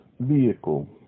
vehicle